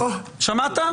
שמעת?